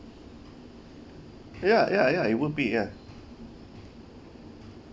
ya ya ya it won't be ya